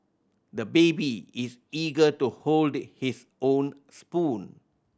the baby is eager to hold his own spoon